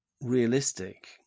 realistic